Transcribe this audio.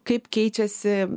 kaip keičiasi